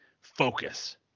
focus